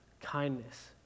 kindness